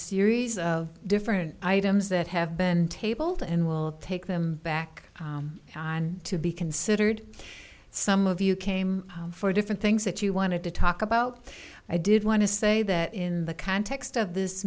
series of different items that have been tabled and we'll take them back on to be considered some of you came for different things that you wanted to talk about i did want to say that in the context of this